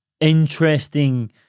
interesting